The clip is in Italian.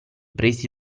presi